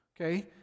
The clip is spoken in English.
okay